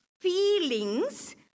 feelings